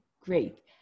Great